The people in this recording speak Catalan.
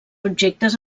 objectes